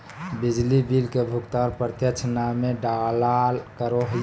बिजली बिल के भुगतान प्रत्यक्ष नामे डालाल करो हिय